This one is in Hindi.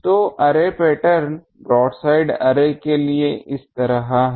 तो अर्रे पैटर्न ब्रॉडसाइड अर्रे के लिए इस तरह है